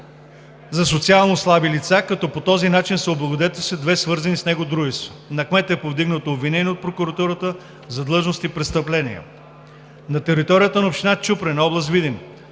за социално слаби лица, като по този начин са облагодетелствани две свързани с него дружества. На кмета е повдигнато обвинение от прокуратурата за длъжностни престъпления; - на територията на община Чупрене, област Видин